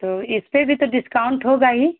तो इसपर भी तो डिस्काउंट होगा ही